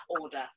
order